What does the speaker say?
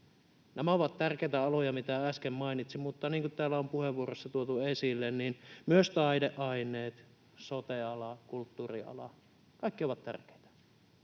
Nämä ovat tärkeitä aloja, mitä äsken mainitsin, mutta niin kuin täällä on puheenvuoroissa tuotu esille, myös taideaineet, sote-ala, kulttuuriala, kaikki ovat tärkeitä.